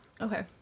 Okay